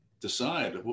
decide